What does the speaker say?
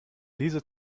diese